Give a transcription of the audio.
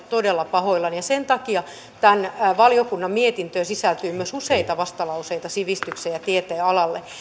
todella pahoillani ja sen takia tämän valiokunnan mietintöön sisältyy myös useita vastalauseita sivistyksen ja tieteen alalle